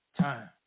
time